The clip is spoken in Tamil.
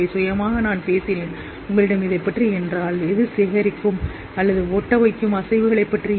சுய பிரதிபலிப்பு மிகவும் முக்கியமானது